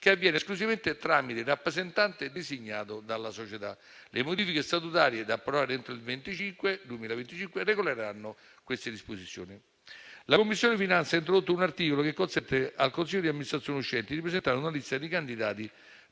che avviene esclusivamente tramite rappresentante designato dalla società. Le modifiche statutarie, da approvare entro il 2025, regoleranno queste disposizioni. La Commissione finanze ha introdotto un articolo che consente al consiglio di amministrazione uscente di presentare una lista di candidati